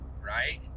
right